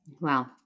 Wow